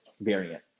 variant